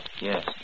Yes